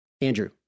Andrew